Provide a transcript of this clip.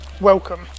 Welcome